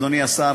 אדוני השר,